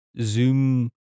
Zoom